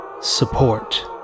support